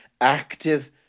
active